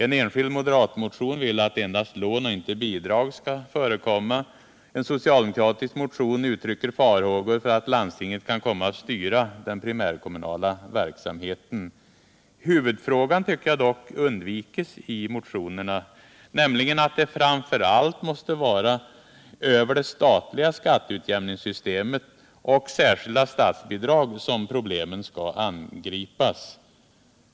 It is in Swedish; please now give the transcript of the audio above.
En enskild moderatmotion vill att endast lån och inte bidrag skall förekomma. En socialdemokratisk motion uttrycker farhågor för att landstinget kan komma att styra den primärkommunala verksamheten. Huvudfrågan undvikes dock i motionerna, nämligen att det framför allt måste vara över det statliga skatteutjämningssystemet och särskilda statsbidrag som problemen skall angripas.